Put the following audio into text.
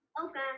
Okay